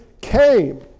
came